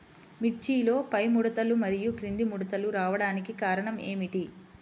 మిర్చిలో పైముడతలు మరియు క్రింది ముడతలు రావడానికి కారణం ఏమిటి?